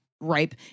Ripe